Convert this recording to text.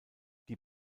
die